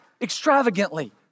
extravagantly